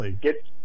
get